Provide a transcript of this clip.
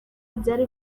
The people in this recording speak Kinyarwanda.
byari